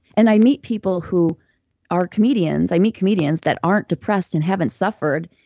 and i meet people who are comedians, i meet comedians, that aren't depressed and haven't suffered,